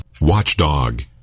Watchdog